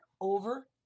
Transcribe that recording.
over